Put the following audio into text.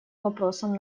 вопросом